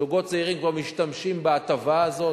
זוגות צעירים כבר משתמשים בהטבה הזאת.